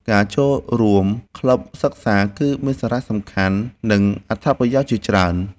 ការចូលរួមក្លឹបសៀវភៅ គឺមានសារៈសំខាន់ និងអត្ថប្រយោជន៍ជាច្រើន។